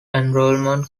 enrollment